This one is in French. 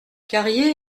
carrier